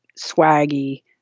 swaggy